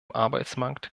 arbeitsmarkt